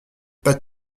pas